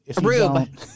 rube